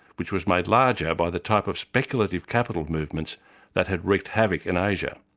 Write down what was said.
which was made larger by the type of speculative capital movements that had wreaked havoc in asia.